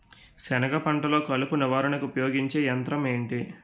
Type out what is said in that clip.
సెనగ పంటలో కలుపు నివారణకు ఉపయోగించే యంత్రం ఏంటి?